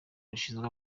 rushinzwe